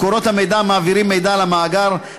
מקורות המידע המעבירים מידע למאגר,